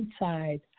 inside